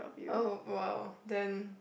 oh !wow! then